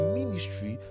ministry